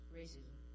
racism